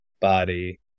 body